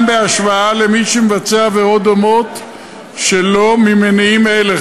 בהשוואה למי שמבצע עבירות דומות שלא ממניעים אלה.